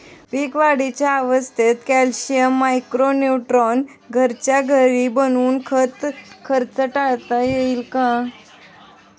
पीक वाढीच्या अवस्थेत calcium, micro neutron घरच्या घरी बनवून खर्च टाळता येईल का?